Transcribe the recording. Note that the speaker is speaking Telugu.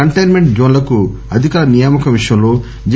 కంటైన్మెంట్ జోన్లకు అధికారుల నియామకం విషయంలో జి